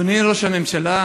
אדוני ראש הממשלה,